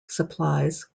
supplies